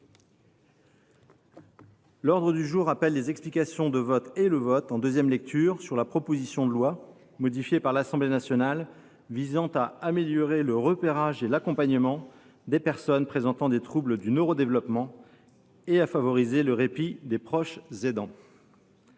L’ordre du jour appelle les explications de vote et le vote, en deuxième lecture, sur la proposition de loi, modifiée par l’Assemblée nationale, visant à améliorer le repérage et l’accompagnement des personnes présentant des troubles du neuro développement et à favoriser le répit des proches aidants